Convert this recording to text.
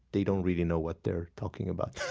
they don't really know what they're talking about.